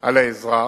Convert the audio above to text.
על האזרח.